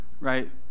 right